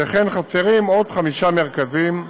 שכן חסרים עוד חמישה מרכזים,